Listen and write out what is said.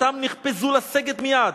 "וקצתם נחפזו לסגת מייד,